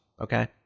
okay